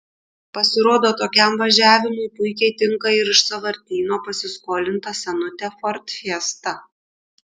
pasirodo tokiam važiavimui puikiai tinka ir iš sąvartyno pasiskolinta senutė ford fiesta